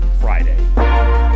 Friday